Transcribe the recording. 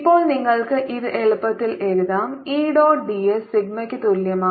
ഇപ്പോൾ നിങ്ങൾക്ക് ഇത് എളുപ്പത്തിൽ എഴുതാം E ഡോട്ട് ds സിഗ്മയ്ക്ക് തുല്യമാണ്